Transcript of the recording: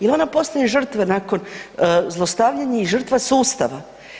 Jer ona postaje žrtva nakon zlostavljanja i žrtva sustava.